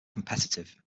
competitive